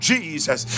Jesus